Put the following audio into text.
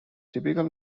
typical